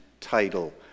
title